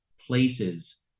places